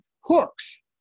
hooks